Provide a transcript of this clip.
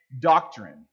doctrine